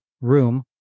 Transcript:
room